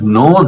no